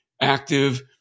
active